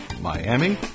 Miami